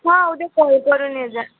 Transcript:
हा उद्या कॉल करून ये जा